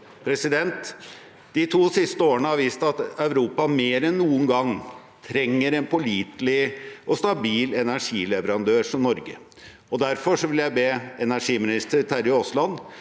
budskap. De to siste årene har vist at Europa mer enn noen gang trenger en pålitelig og stabil energileverandør, som Norge er. Derfor vil jeg be energiminister Terje Aasland